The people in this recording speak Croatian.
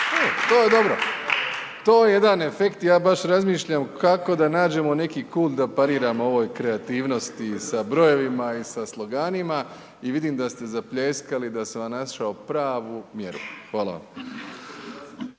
to je dobro, to je jedan efekt i ja baš razmišljam kako da nađemo neki kut da pariramo ovoj kreativnosti sa brojevima i sa sloganima i vidim da ste zapljeskali da sam vam našao pravu mjeru. Hvala vam.